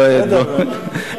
זה לא הנאום הראשון שלך.